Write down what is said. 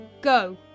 Go